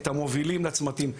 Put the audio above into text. את המובילים לצמתים,